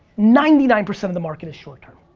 ninety nine percent of the market is short term.